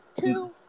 two